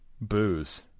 booze